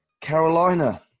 Carolina